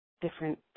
different